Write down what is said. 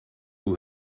who